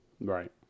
Right